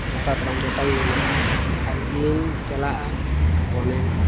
ᱡᱚᱴᱟ ᱛᱟᱞᱟᱝ ᱡᱚᱴᱟ ᱤᱧ ᱢᱮᱱᱮᱫᱼᱟ ᱟᱨ ᱤᱧ ᱪᱟᱞᱟᱜᱼᱟ ᱢᱚᱱᱮ